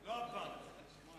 לא הפעם.